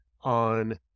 on